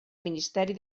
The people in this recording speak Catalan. ministeri